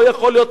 לא יכול להיות,